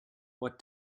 what